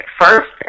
first